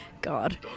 God